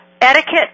etiquette